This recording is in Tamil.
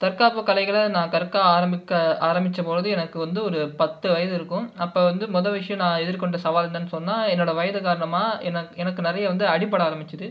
தற்காப்பு கலைகளை நான் கற்க ஆரமிக்க ஆரமிச்சபொழுது எனக்கு வந்து ஒரு பத்து வயது இருக்கும் அப்போ வந்து முத விஷியோம் நான் எதிர்கொண்டது சவால்லனு சொன்னால் என்னோட வயது காரணமாக எனக் எனக்கு நிறைய வந்து அடிப்படை ஆரமிச்சிது